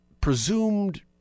presumed